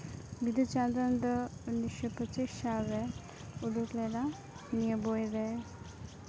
ᱵᱤᱫᱩᱼᱪᱟᱱᱫᱟᱱ ᱫᱚ ᱩᱱᱤᱥᱥᱚ ᱯᱚᱸᱪᱤᱥ ᱥᱟᱞᱨᱮ ᱩᱰᱩᱠ ᱞᱮᱫᱟ ᱱᱤᱭᱟᱹ ᱵᱳᱭ ᱨᱮ